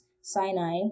Sinai